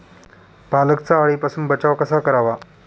पालकचा अळीपासून बचाव कसा करावा?